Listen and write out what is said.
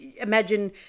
imagine